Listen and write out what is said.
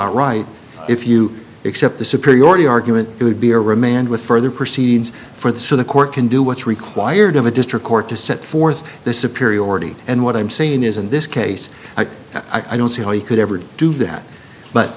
lot right if you accept the superiority argument it would be a remand with further proceedings for the so the court can do what's required of a district court to set forth this a period already and what i'm saying is in this case i don't see how you could ever do that but